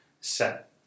set